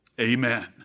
amen